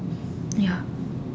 ya